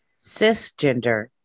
Cisgender